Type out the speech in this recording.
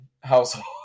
household